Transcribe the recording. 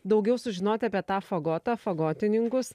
daugiau sužinoti apie tą fagotą fagotininkus